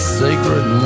sacred